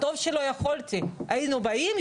היינו באים,